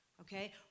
okay